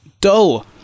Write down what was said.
dull